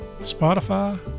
Spotify